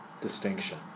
distinction